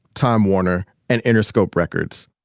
time warner and interscope records.